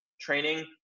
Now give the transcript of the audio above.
training